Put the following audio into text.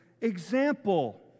example